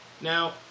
Now